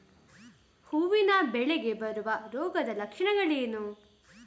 ಹೂವಿನ ಬೆಳೆಗೆ ಬರುವ ರೋಗದ ಲಕ್ಷಣಗಳೇನು?